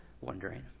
wondering